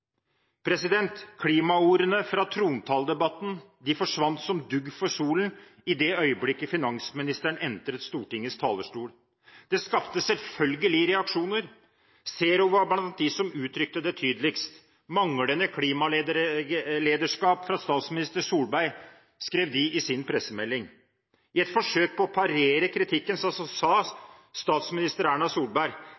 Klimaordene fra trontaledebatten forsvant som dugg for solen i det øyeblikket finansministeren entret Stortingets talerstol. Det skapte selvfølgelig reaksjoner. Zero var blant dem som uttrykte det tydeligst: «Manglende klimalederskap fra statsminister Solberg», skrev de i sin pressemelding. I et forsøk på å parere kritikken